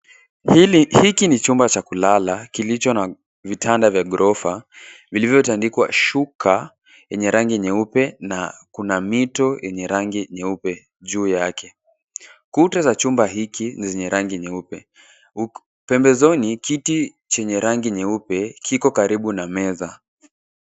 Hiki ni chumba cha kulala kilicho na vitanda vya ghorofa vilivyotandikwa shuka yenye rangi nyeupe na kuna mito yenye rangi nyeupe juu yake. Kuta za chumba hiki ni zenye rangi nyeupe. Pembezoni kiti chenye rangi nyeupe kiko karibu na meza.